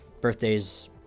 birthdays